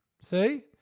See